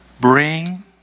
Bring